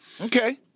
Okay